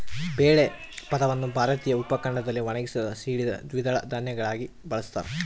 ಬೇಳೆ ಪದವನ್ನು ಭಾರತೀಯ ಉಪಖಂಡದಲ್ಲಿ ಒಣಗಿಸಿದ, ಸೀಳಿದ ದ್ವಿದಳ ಧಾನ್ಯಗಳಿಗೆ ಬಳಸ್ತಾರ